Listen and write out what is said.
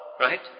right